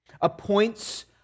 appoints